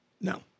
No